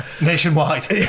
nationwide